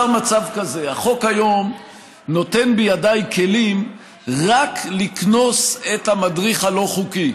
נוצר מצב כזה שהחוק כיום נותן בידיי כלים רק לקנוס את המדריך הלא-חוקי,